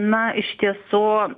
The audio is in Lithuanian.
na iš tiesų